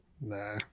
nah